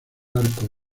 arco